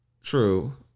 True